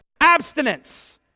abstinence